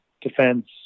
defense